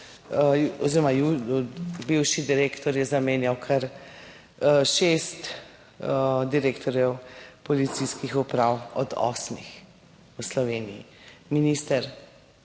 oziroma bivši direktor je zamenjal kar šest direktorjev policijskih uprav od osmih v Sloveniji. Minister,